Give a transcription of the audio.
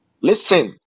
Listen